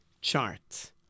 chart